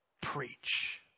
Preach